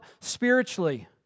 spiritually